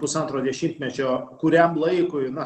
pusantro dešimtmečio kuriam laikui na